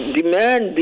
demand